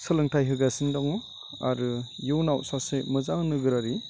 सोलोंथाइ होगासिनो दङ आरो इयुनाव सासे मोजां नोगोरारि